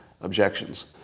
objections